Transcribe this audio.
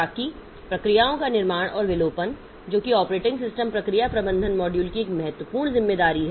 ताकि प्रक्रियाओं का निर्माण और विलोपन जोकि ऑपरेटिंग सिस्टम प्रक्रिया प्रबंधन मॉड्यूल की एक महत्वपूर्ण जिम्मेदारी है